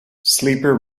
sleeper